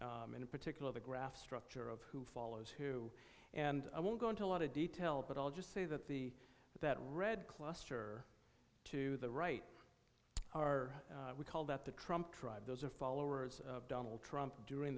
in particular the graph structure of who follows who and i won't go into a lot of detail but i'll just say that the that red cluster to the right are we call that the trump tribe those are followers of donald trump during